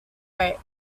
rate